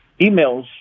emails